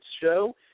show